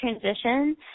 transition